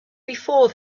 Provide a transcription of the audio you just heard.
before